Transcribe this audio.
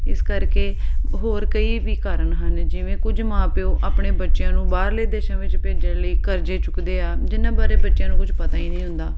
ਇਸ ਕਰਕੇ ਹੋਰ ਕਈ ਵੀ ਕਾਰਨ ਹਨ ਜਿਵੇਂ ਕੁਝ ਮਾਂ ਪਿਓ ਆਪਣੇ ਬੱਚਿਆਂ ਨੂੰ ਬਾਹਰਲੇ ਦੇਸ਼ਾਂ ਵਿੱਚ ਭੇਜਣ ਲਈ ਕਰਜ਼ੇ ਚੁੱਕਦੇ ਆ ਜਿਹਨਾਂ ਬਾਰੇ ਬੱਚਿਆਂ ਨੂੰ ਕੁਛ ਪਤਾ ਹੀ ਨਹੀਂ ਹੁੰਦਾ